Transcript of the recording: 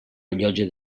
rellotge